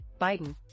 Biden